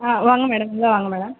ஆ வாங்க மேடம் உள்ளே வாங்க மேடம்